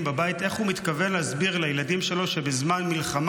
בבית איך הוא מתכוון להסביר לילדים שלו שבזמן מלחמה